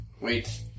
Wait